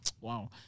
wow